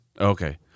Okay